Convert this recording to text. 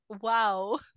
wow